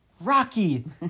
Rocky